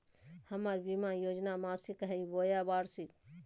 हमर बीमा योजना मासिक हई बोया वार्षिक?